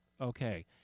Okay